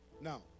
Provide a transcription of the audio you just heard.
Now